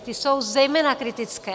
Ta jsou zejména kritická.